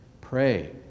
pray